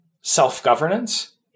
self-governance